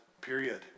period